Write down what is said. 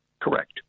Correct